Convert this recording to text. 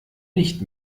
nicht